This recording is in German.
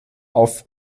auf